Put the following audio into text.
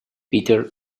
peter